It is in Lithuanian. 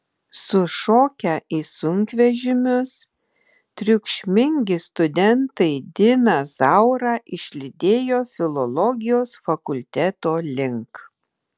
sušokę į sunkvežimius triukšmingi studentai diną zaurą išlydėjo filologijos fakulteto link